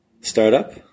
Startup